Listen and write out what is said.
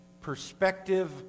perspective